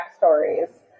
backstories